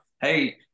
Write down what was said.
Hey